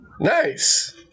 Nice